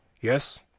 Yes